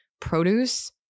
produce